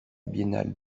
biennale